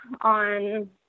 on